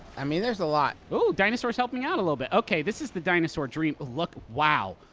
i mean, there's a lot. ooh. dinosaur's helping me out a little bit. okay, this is the dinosaur dream look wow.